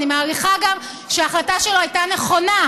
ואני מעריכה גם שההחלטה שלו הייתה נכונה,